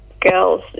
girls